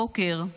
הבוקר,